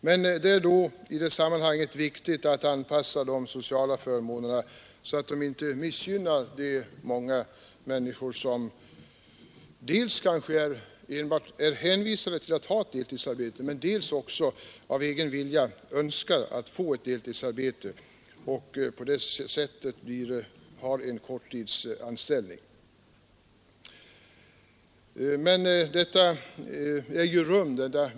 I detta sammanhang är det emellertid viktigt att anpassa de sociala förmånerna så, att de inte missgynnar de många människor som dels är hänvisade till att enbart ha ett deltidsarbete men dels också av egen vilja önskar ett deltidsarbete och därför tar en korttidsanställning.